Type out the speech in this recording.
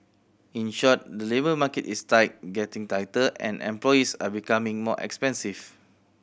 in short the labour market is tight getting tighter and employees are becoming more expensive